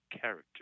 character